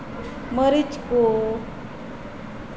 ᱢᱟᱹᱨᱤᱪ ᱠᱚ